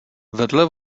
vedle